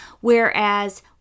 Whereas